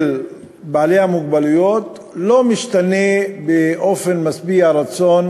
של בעלי המוגבלויות לא משתנה באופן משביע רצון,